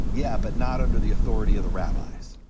yeah, but not under the authority of the rabbis.